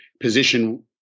position